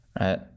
Right